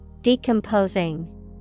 Decomposing